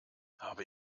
habe